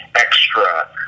extra